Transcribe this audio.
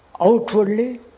Outwardly